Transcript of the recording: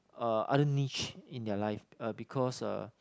uh other niche in their life uh because uh